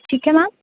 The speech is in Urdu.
ٹھیک ہے میم